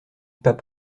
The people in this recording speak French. pas